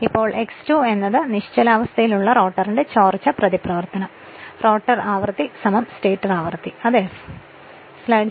ഇപ്പോൾ X 2 എന്നത് നിശ്ചലാവസ്ഥയിൽ ഉള്ള റോട്ടറിന്റെ ചോർച്ച പ്രതിപ്രവർത്തനം അത് റോട്ടർ ആവൃത്തി സ്റ്റേറ്റർ ആവൃത്തി അത് f ആണ്